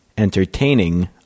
entertaining